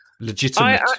Legitimate